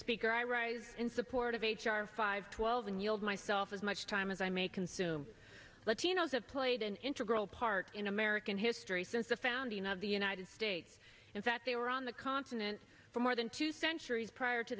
speaker i rise in support of h r five twelve in yield myself as much time as i may consume latinos have played an integral part in american history since the founding of the united states and that they were on the continent for more than two centuries prior to